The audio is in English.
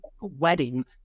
wedding